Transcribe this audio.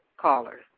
callers